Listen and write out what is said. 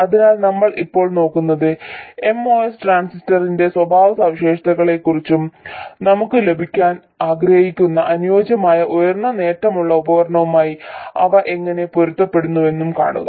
അതിനാൽ നമ്മൾ ഇപ്പോൾ നോക്കുന്നത് MOS ട്രാൻസിസ്റ്ററിന്റെ സ്വഭാവസവിശേഷതകളെക്കുറിച്ചും നമുക്ക് ലഭിക്കാൻ ആഗ്രഹിക്കുന്ന അനുയോജ്യമായ ഉയർന്ന നേട്ടമുള്ള ഉപകരണവുമായി അവ എങ്ങനെ പൊരുത്തപ്പെടുന്നുവെന്നും കാണുക